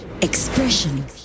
Expression